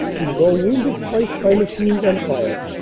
who though wounded twice by machine-gun fire,